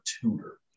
tutor